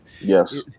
Yes